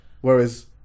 whereas